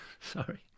Sorry